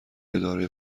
اداره